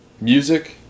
music